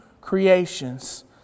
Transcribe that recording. creations